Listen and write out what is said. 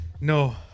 No